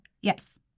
Yes